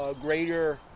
greater